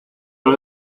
los